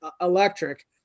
electric